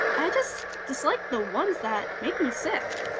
i just dislike the ones that make me sick.